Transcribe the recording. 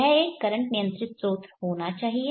यह एक करंट नियंत्रित स्रोत होना चाहिए